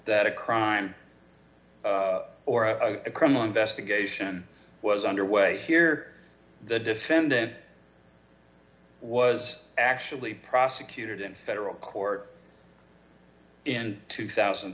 that a crime or a criminal investigation was underway here the defendant was actually prosecuted in federal court in two thousand